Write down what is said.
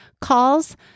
calls